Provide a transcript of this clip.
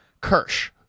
Kirsch